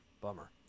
Bummer